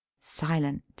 Silent